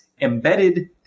embedded